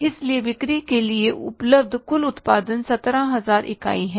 इसलिए बिक्री के लिए उपलब्ध कुल उत्पादन 17000 इकाई है